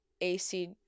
AC